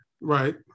right